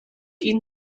ihn